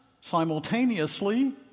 simultaneously